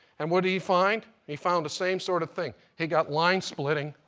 and what did he find? he found the same sort of thing. he got line splitting